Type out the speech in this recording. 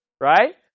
right